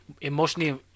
emotionally